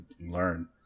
learn